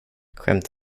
skämt